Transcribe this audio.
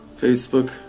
Facebook